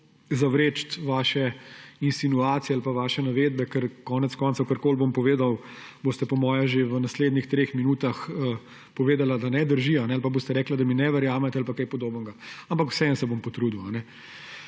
zavreči vaše insinuacije ali pa vaše navedbe, ker konec koncev karkoli bom povedal, boste po mojem že v naslednjih treh minutah povedali, da ne drži, ali pa boste rekli, da mi ne verjamete ali pa kaj podobnega. Ampak vseeno se bom potrudil.